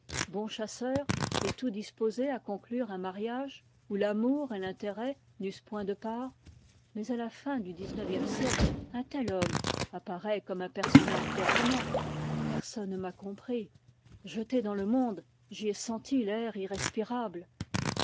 bon chasseur et tout disposé à conclure un mariage où l'amour et l'intérêt n'eussent point de part mais à la fin du xixe siècle un tel homme apparaît comme un personnage de roman personne ne m'a compris jeté dans le monde j'y ai senti l'air irrespirable